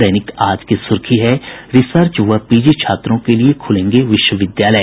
दैनिक आज की सुर्खी है रिसर्च व पीजी छात्रों के लिये खुलेंगे विश्वविद्यालय